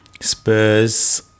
Spurs